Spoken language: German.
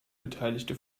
beteiligte